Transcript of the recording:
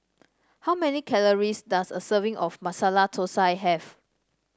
how many calories does a serving of Masala Thosai have